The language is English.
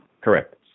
Correct